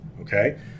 okay